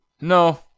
No